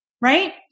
right